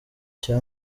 cya